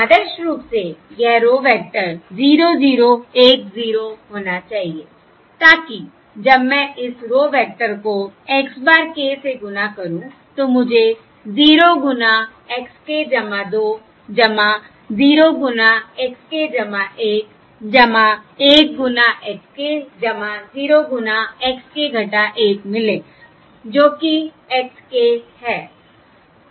आदर्श रूप से यह रो वेक्टर 0 0 1 0 होना चाहिए ताकि जब मैं इस रो वेक्टर को x bar k से गुणा करूं तो मुझे 0 गुना x k 2 0 गुना x k 1 1 गुना x k 0 गुना x k 1 मिले जो कि x k है